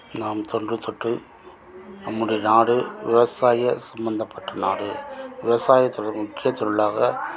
நாம் தொன்று தொட்டு நம்முடைய நாடு விவசாய சம்மந்தப்பட்ட நாடு விவசாய தொழில் முக்கிய தொழிலாக